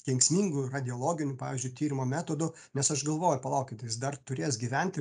kenksmingų radiologinių pavyzdžiui tyrimo metodų nes aš galvoju palaukit tai jis dar turės gyventi